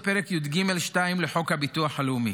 בהתאם לפרק י"ג2 לחוק הביטוח הלאומי.